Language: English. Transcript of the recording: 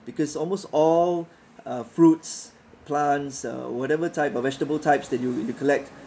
because almost all uh fruits plants uh whatever type of vegetable types that you you collect